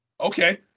Okay